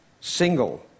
single